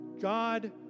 God